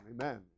Amen